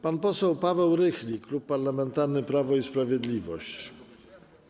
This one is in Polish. Pan poseł Paweł Rychlik, Klub Parlamentarny Prawo i Sprawiedliwość.